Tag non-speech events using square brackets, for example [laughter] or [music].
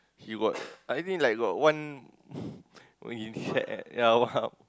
he got I think like got one [breath] when he sat at